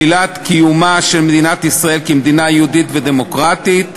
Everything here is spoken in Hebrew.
שלילת קיומה של מדינת ישראל כמדינה יהודית ודמוקרטית,